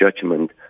judgment